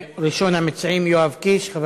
על פעילות ארגוני השמאל "בצלם" ו"תעאיוש", מס'